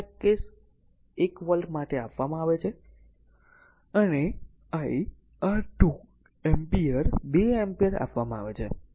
તેથી V તે આ કેસ 1 વોલ્ટ માટે આપવામાં આવે છે અને I r 2 એમ્પીયર 2 એમ્પીયર આપવામાં આવે છે